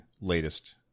latest